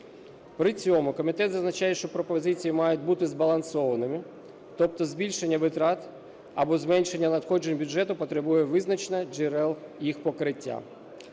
При цьому комітет зазначає, що пропозиції мають бути збалансованими, тобто збільшення витрат або зменшення надходжень бюджету потребує визначення джерел їх покриття.